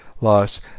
loss